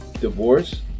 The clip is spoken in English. divorce